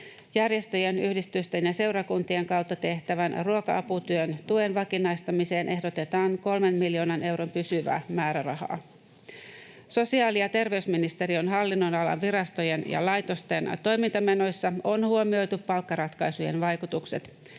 Järjestöjen, yhdistysten ja seurakuntien kautta tehtävän ruoka-aputyön tuen vakinaistamiseen ehdotetaan 3 miljoonan euron pysyvää määrärahaa. Sosiaali- ja terveysministeriön hallinnonalan virastojen ja laitosten toimintamenoissa on huomioitu palkkaratkaisujen vaikutukset.